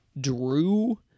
Drew